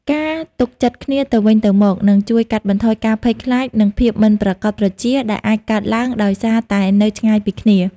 ការទុកចិត្តគ្នាទៅវិញទៅមកនឹងជួយកាត់បន្ថយការភ័យខ្លាច និងភាពមិនប្រាកដប្រជា ដែលអាចកើតឡើងដោយសារតែនៅឆ្ងាយពីគ្នា។